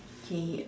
K